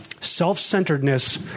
Self-centeredness